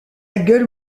gueule